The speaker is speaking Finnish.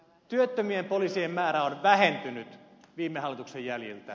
työttömien poliisien määrä on vähentynyt viime hallituksen jäljiltä